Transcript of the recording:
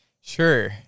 sure